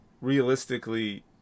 realistically